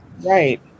Right